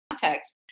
context